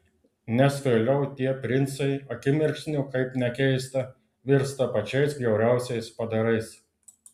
nes vėliau tie princai akimirksniu kaip nekeista virsta pačiais bjauriausiais padarais